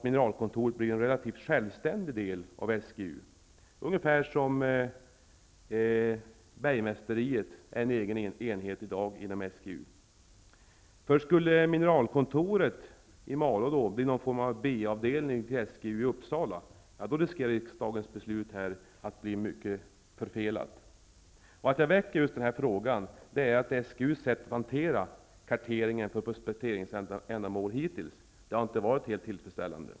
Mineralkontoret måste bli en relativt självständig del av SGU -- ungefär som Bergmästeriet är en egen enhet i dag inom SGU. Om mineralkontoret skulle bli någon form av B avdelning till SGU i Uppsala, riskerar riksdagens beslut att bli förfelat. Anledningen till att jag har väckt denna fråga är att SGU:s sätt att hantera just kartering för prospekteringsändamål hittills inte har varit tillfredsställande.